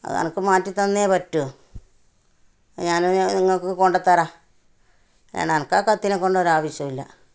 അതനക്ക് മാറ്റി തന്നേ പറ്റൂ ഞാനത് ഇങ്ങൾക്ക് കൊണ്ട് തരാം അനക്കാ കത്തിനേക്കൊണ്ടൊരാവശ്യവുമില്ല